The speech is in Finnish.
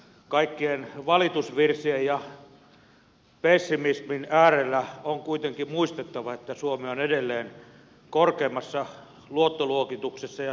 kaikkien valitusvirsien ja pessimismin äärellä on kuitenkin muistettava että suomi on edelleen korkeimmassa luottoluokituksessa ja se on kiistatta ainakin yksi toivon merkki